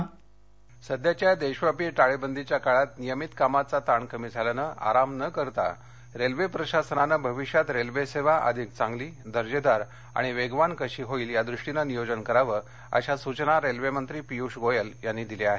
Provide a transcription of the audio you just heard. railway सध्याच्या देशव्यापी टाळेबंदीच्या काळात नियमित कामाचा ताण कमी झाल्यानं आराम न करता रेल्वे प्रशासनानं भविष्यात रेल्वे सेवा अधिक चांगली दर्जेदार आणि वेगवान कशी होईल यादृष्टीनं नियोजन करावं अशा सूचना रेल्वे मंत्री पियुष गोयल यांनी दिल्या आहेत